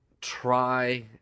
try